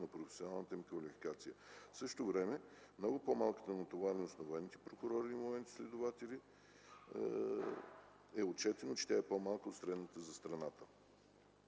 на професионалната им квалификация. В същото време много по-малката натовареност на военните прокуратури и военните следователи е отчетена, че тя е по-малка от средната за страната.